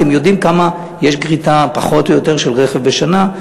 אתם יודעים כמה גריטה של רכב יש בשנה,